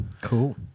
Cool